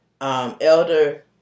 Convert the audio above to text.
Elder